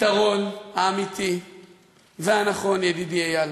הפתרון האמיתי והנכון, ידידי איל,